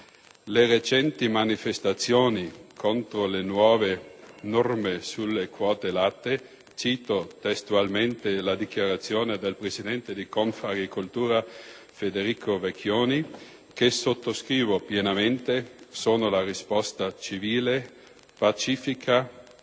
Le recenti manifestazioni contro le nuove norme sulle quote latte - cito testualmente la dichiarazione del presidente di Confagricoltura Federico Vecchioni, che sottoscrivo pienamente - «sono la risposta civile, pacifica,